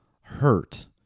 hurt